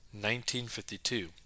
1952